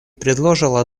предложила